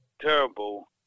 terrible